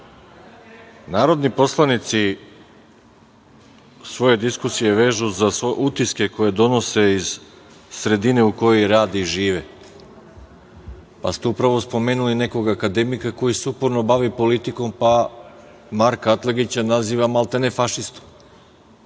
rekli. Narodni poslanici svoje diskusije vežu za utiske koje donose iz sredine u kojoj rade i žive. Upravo ste spomenuli nekog akademika koji se uporno bavi politikom, pa Marka Atlagića naziva maltene fašistom